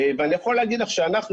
אני יכול להגיד לך שאנחנו,